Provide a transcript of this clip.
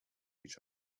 each